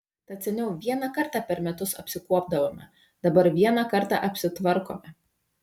tad seniau vieną kartą per metus apsikuopdavome dabar vieną kartą apsitvarkome